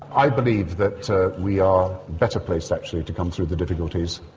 i believe that we are better placed actually to come through the difficulties,